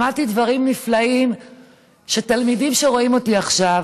למדתי דברים נפלאים שתלמידים שרואים אותי עכשיו,